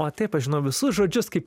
o taip aš žinau visus žodžius kaip